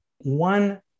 One